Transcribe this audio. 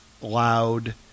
loud